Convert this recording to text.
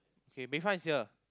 okay Bayfront is here